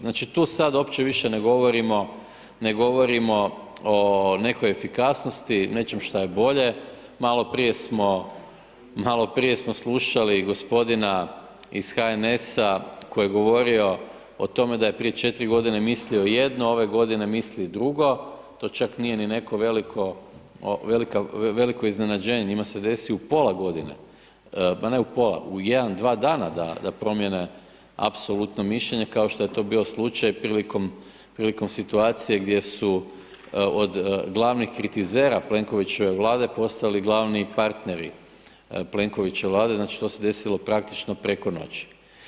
Znači, tu sad uopće više ne govorimo, ne govorimo o nekoj efikasnosti, nečem šta je bolje, malo prije smo, malo prije smo slušali gospodina iz HNS-a koji je govorio o tome da je prije četiri godine mislio jedno, ove godine misli drugo, to čak nije ni neko veliko, veliko iznenađenje, njima se desi u pola godine, ma ne u pola, u jedan, dva dana da promijene apsolutno mišljenje kao što je to bio slučaj prilikom, prilikom situacije gdje su od glavnih kritizera Plenkovićeve Vlade postali glavni partneri Plenkovićeve Vlade, znači to se desilo praktično preko noći.